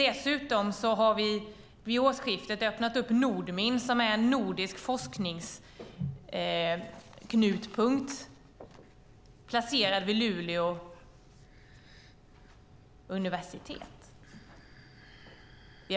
Dessutom har vi vid årsskiftet öppnat upp Nordmin som är en nordisk forskningsknutpunkt, placerad vid Luleå universitet.